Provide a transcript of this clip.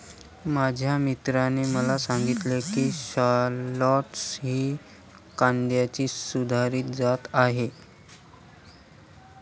माझ्या मित्राने मला सांगितले की शालॉट्स ही कांद्याची सुधारित जात आहे